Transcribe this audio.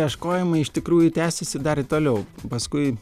ieškojimai iš tikrųjų tęsėsi dar toliau paskui